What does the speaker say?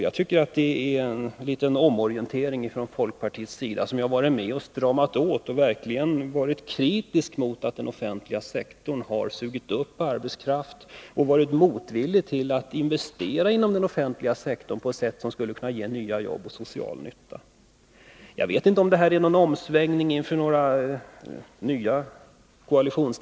Jag tycker att det här rör sig om en liten omorientering inom folkpartiet, som ju har varit med om att strama åt och verkligen också varit kritiskt mot att den offentliga sektorn sugit upp arbetskraft. Folkpartiet har också när det gäller den offentliga sektorn varit motvilligt mot investeringar, som skulle ha kunnat ge nya arbeten och vara till social nytta. Jag vet inte om detta är en omsvängning med tanke på någon ny koalition.